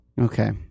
Okay